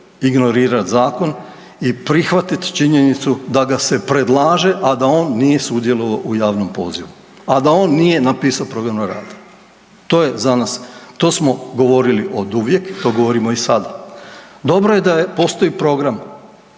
ignorirati zakon i prihvatiti činjenicu da ga se predlaže, a da on nije sudjelovao u javnom pozivu, a da on nije napisao program rada. To je za nas, to smo govorili oduvijek, to govorimo i sad. Dobro je da postoji program,